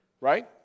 right